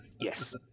Yes